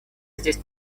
здесь